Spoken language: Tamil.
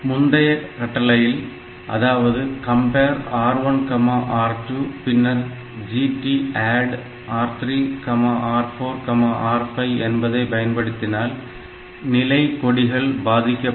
முந்தைய கட்டளையில் அதாவது compare R1 R2 பின்னர் GTADD R3 R4 R5 என்பதை பயன்படுத்தினால் நிலை கொடிகள் பாதிக்கப்படும்